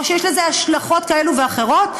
או שיש לזה השלכות כאלה ואחרות,